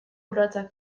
urratsak